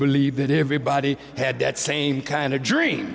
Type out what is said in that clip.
believe that everybody had that same kind of dream